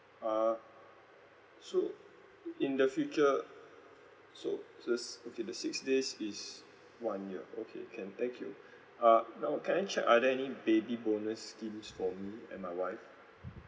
uh so in the future so so okay the six days is one year okay can thank you uh now can I check are there any baby bonus schemes for me and my wife